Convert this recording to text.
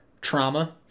trauma